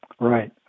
Right